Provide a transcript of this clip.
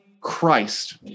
Christ